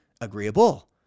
agreeable